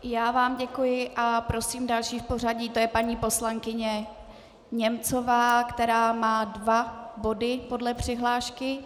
Já vám děkuji a prosím další v pořadí, je to paní poslankyně Němcová, která má dva body podle přihlášky.